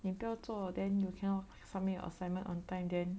你不要做 then you cannot 方面 your assignment on time then